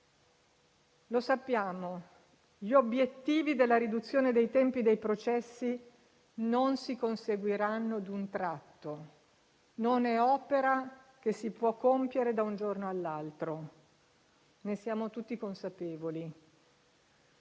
Lo sappiamo, gli obiettivi della riduzione dei tempi dei processi non si conseguiranno d'un tratto; non è opera che si può compiere da un giorno all'altro: ne siamo tutti consapevoli.